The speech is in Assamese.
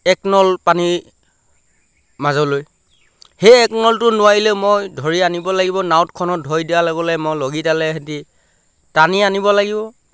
একনল পানী মাজলৈ সেই একনলটো নোৱাৰিলে মই ধৰি আনিব লাগিব নাওতখনত ধৰি দিয়া লগে লগে মই লগিডালে সৈতে টানি আনিব লাগিব